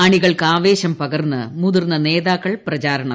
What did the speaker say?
അണികൾക്ക് ആവേശം പകർന്ന് മുതിർന്ന നേതാക്കൾ പ്രചാരണത്തിൽ